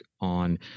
on